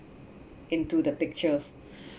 into the picture